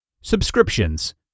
Subscriptions